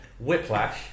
Whiplash